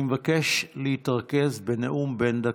אני מבקש להתרכז בנאום בן דקה,